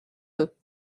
deux